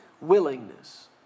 Willingness